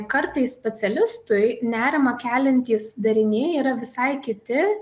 kartais specialistui nerimą keliantys dariniai yra visai kiti